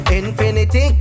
infinity